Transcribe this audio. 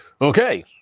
okay